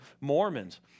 Mormons